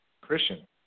Christian